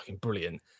brilliant